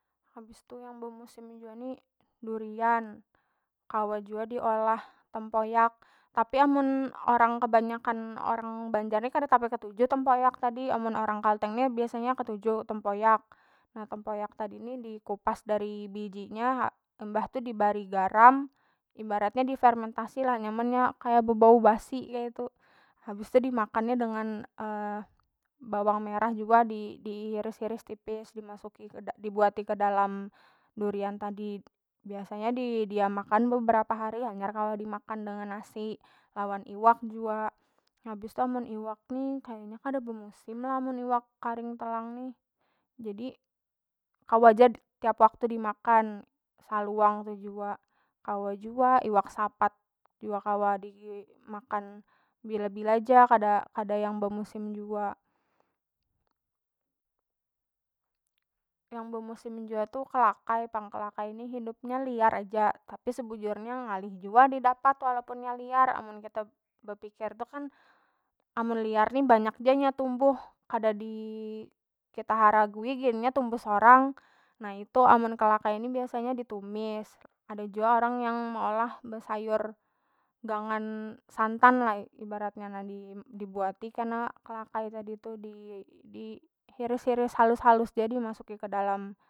Habis tu yang bemusim jua ni durian, kawa jua diolah tempoyak tapi amun orang kebanyakan orang banjar ni kada tapi ketuju tempoyak tadi amun orang kalteng ni biasanya ketuju tempoyak, nah tempoyak tadi ni dikupas dari bijinya mbah tu dibari garam ibaratnya di fermentasi lah nyamannya kaya bebau basi kaitu habis tu dimakan nya dengan bawang merah jua di- dihiris- hiris tipis dimasuki dibuati ke dalam durian tadi biasanya di- didiam akan beberapa hari hanyar kawa dimakan dengan nasi lawan iwak jua habis tu amun iwak ni kaya nya kada bemusim lah amun iwak karing talang nih, jadi kawa ja tiap waktu dimakan saluang tu jua kawa jua iwak sapat jua kawa dimakan bila- bila ja kada- kada yang bemusim jua. Yang bemusim jua tu kalakai pang kalakai nih hidup nya liar aja tapi sebujurnya ngalih jua didapat walaupun nya liar amun kita bepikir tu kan amun liar ni banyak ja inya tumbuh kada dikita haragui gin nya tumbuh sorang, nah itu amun kalakai ni biasanya ditumis ada jua orang yang meolah besayur gangan santan lah ibaratnya na dibuati kena kalakai tadi tu di- dihiris- hiris halus- halus ja dimasuki kedalam.